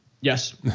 Yes